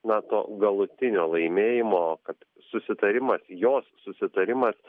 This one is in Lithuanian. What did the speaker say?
nato galutinio laimėjimo kad susitarimas jos susitarimas